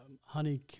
honey